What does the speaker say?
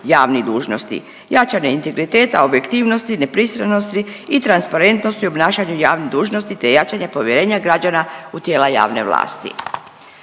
javnih dužnosti, jačanje integriteta, objektivnosti, nepristranosti i transparentnosti u obnašanju javnih dužnosti te jačanje povjerenja građana u tijela javne vlasti.